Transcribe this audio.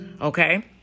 Okay